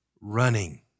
running